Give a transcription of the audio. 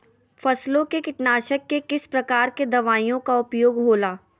फसलों के कीटनाशक के किस प्रकार के दवाइयों का उपयोग हो ला?